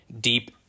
deep